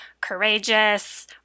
courageous